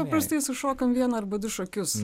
paprastai sušokam vieną arba du šokius